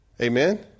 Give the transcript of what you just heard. Amen